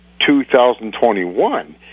2021